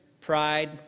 pride